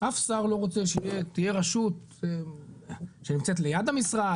אף שר לא רוצה שתהיה רשות שנמצאת ליד המשרד,